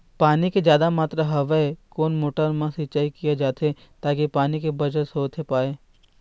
पानी के जादा मात्रा हवे कोन मोटर मा सिचाई किया जाथे ताकि पानी के बचत होथे पाए?